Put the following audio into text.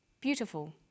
beautiful